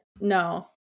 no